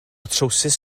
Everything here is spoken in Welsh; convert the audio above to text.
trowsus